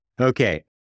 Okay